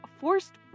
forced